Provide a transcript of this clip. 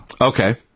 Okay